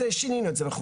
אז שינינו את זה וכולי.